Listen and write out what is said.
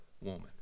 woman